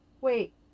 Wait